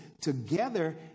together